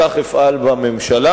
כך אפעל בממשלה.